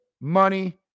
Money